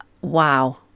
Wow